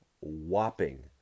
whopping